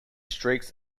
streaks